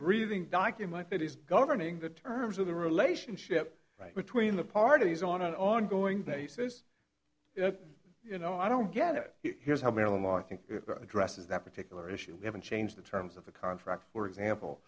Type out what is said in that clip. breathing document that is governing the terms of the relationship between the parties on an ongoing basis you know i don't get it here's how maryland law i think addresses that particular issue we haven't changed the terms of the contract for example